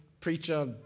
preacher